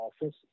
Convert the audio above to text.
office